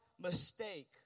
mistake